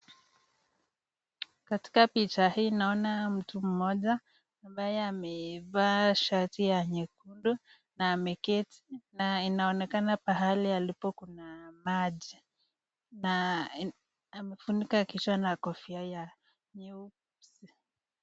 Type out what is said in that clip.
Katika picha hii naona mtu mmoja ambaye amevaa shati ya nyekundu, na ameketi, na inaonekana pahali ambapo kuna maji na amefunka kichwa na kofia ya nyeusi.